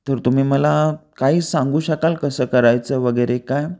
तर तुम्ही मला काही सांगू शकाल कसं करायचं वगैरे काय